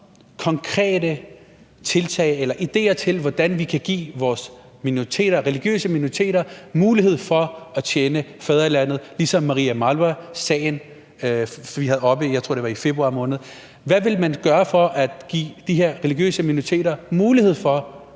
konkrete tiltag eller idéer til, hvordan vi kan give vores religiøse minoriteter mulighed for at tjene fædrelandet, ligesom i Maria Mawla-sagen og sagen, vi havde oppe, jeg tror, det var i februar måned. Hvad vil man gøre for at give de her religiøse minoriteter mulighed for